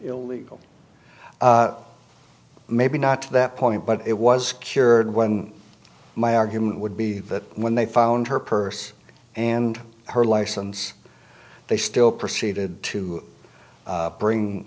illegal maybe not to that point but it was cured when my argument would be that when they found her purse and her license they still proceeded to bring